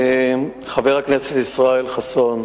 חבר הכנסת ישראל חסון,